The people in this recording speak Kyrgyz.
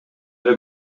эле